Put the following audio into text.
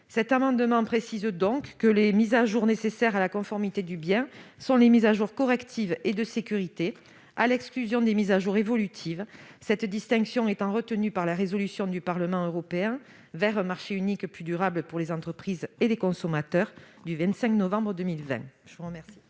amendement précise que les mises à jour nécessaires à la conformité du bien sont les mises à jour correctives et de sécurité, à l'exclusion des mises à jour évolutives. Cette distinction est celle qui est retenue par la résolution du Parlement européen du 25 novembre 2020 « Vers un marché unique plus durable pour les entreprises et les consommateurs ». Quel est